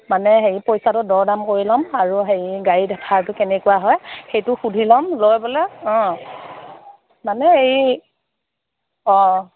মানে হেৰি পইচাটো দৰ দাম কৰি ল'ম আৰু হেৰি গাড়ী ভাড়াটো কেনেকুৱা হয় সেইটো সুধি ল'ম লৈ পেলাই অ মানে এই অ